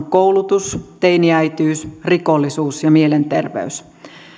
koulutus teiniäitiys rikollisuus ja mielenterveys